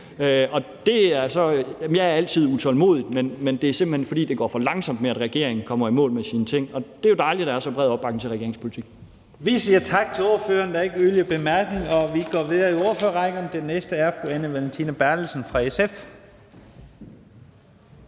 Jeg er altid utålmodig, men kritikken går simpelt hen på, at det går for langsomt for regeringen at komme i mål med sine ting. Det er jo dejligt, at der er så bred opbakning til regeringens politik.